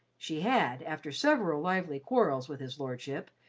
she had, after several lively quarrels with his lordship,